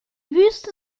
wüste